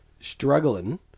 struggling